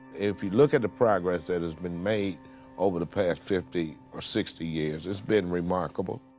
if you look at the progress that has been made over the past fifty or sixty years, it's been remarkable.